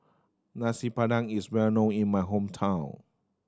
Nasi Padang is well known in my hometown